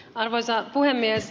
arvoisa puhemies